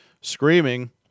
screaming